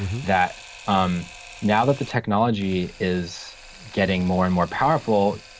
that um now that the technology is getting more and more powerful,